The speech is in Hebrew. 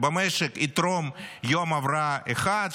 במשק יתרום יום הבראה אחד,